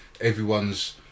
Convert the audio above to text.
Everyone's